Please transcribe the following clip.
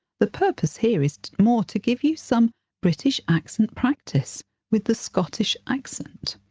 the purpose here is more to give you some british accent practice with the scottish accent.